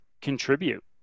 contribute